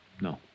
No